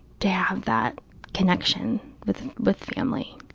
to have that connection with with family.